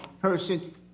person